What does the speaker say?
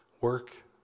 work